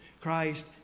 Christ